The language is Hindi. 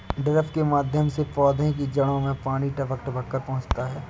ड्रिप के माध्यम से पौधे की जड़ में पानी टपक टपक कर पहुँचता है